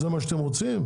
זה מה שאתם רוצים?